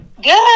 good